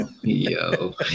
Yo